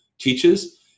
teaches